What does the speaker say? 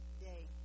day